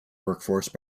workforce